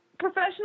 professional